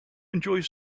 enjoys